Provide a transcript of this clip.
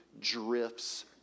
drifts